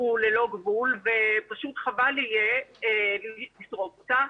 הוא ללא גבול ופשוט חבל יהיה לשרוף אותה.